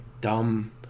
dumb